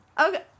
okay